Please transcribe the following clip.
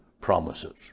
promises